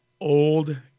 Old